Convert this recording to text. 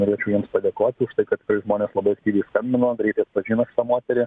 norėčiau jiems padėkot už tai kad tikrai žmonės labai aktyviai skambino jie atpažino moterį